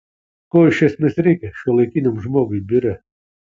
ko iš esmės reikia šiuolaikiniam žmogui biure